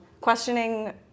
questioning